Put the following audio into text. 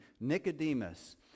Nicodemus